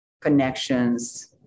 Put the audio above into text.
connections